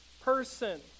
person